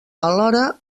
alhora